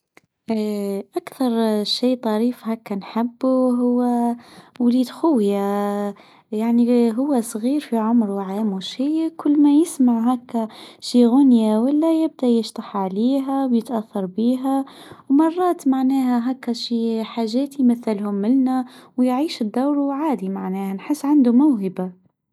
أكثر شاي طريف هكا نحبه هو وليد خويا يعني هو صغير في عمره عام وشي كل ما يسمع هكا شي غانيا ولا يبدأ يشطح عليها ويتأثر بيها ومرات معناها هكا شي حاجات يمثلهم إلنا ويعيش الدور و عادي نحس انه عنده موهبه.